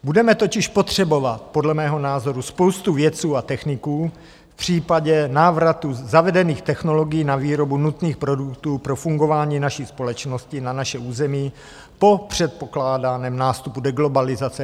Budeme totiž potřebovat podle mého názoru spoustu vědců a techniků v případě návratu zavedených technologií na výrobu nutných produktů pro fungování naší společnosti na našem území po předpokládaném nástupu deglobalizace.